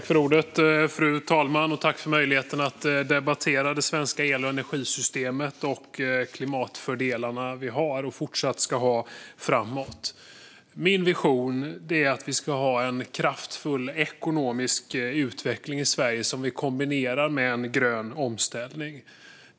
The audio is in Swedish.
Fru talman! Jag tackar för möjligheten att debattera det svenska el och energisystemet och de klimatfördelar vi har och ska fortsätta att ha framåt. Min vision är att vi ska ha en kraftfull ekonomisk utveckling i Sverige som vi kombinerar med en grön omställning.